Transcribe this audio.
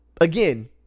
again